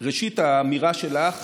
ראשית, האמירה שלך